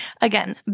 Again